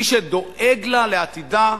מי שדואג לעתידה,